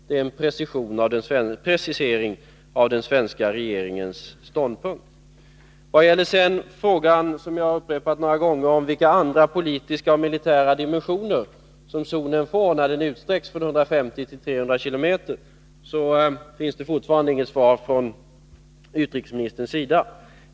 Det är en precisering av den svenska regeringens ståndpunkt. Vad gäller frågan — som jag har upprepat några gånger — om vilka andra politiska och militära dimensioner som zonen får när den utsträcks från 150 till 300 km, finns det fortfarande inget svar från utrikesministerns sida.